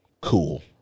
cool